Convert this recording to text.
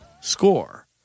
score